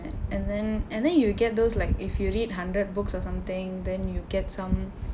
and then and then you get those like if you read hundred books or something and then you get some